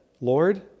Lord